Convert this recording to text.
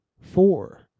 four